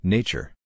Nature